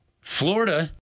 Florida